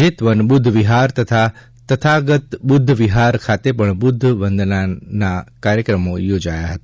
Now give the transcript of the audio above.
જેતવન બુધ્ધ વિહાર તથા તથાગત બુદ્ધ વિહાર ખાતે પણ બુદ્દ વંદના દેશના ના કાર્યક્રમો યોજાયા હતા